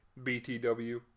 BTW